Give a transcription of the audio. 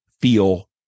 feel